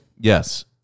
Yes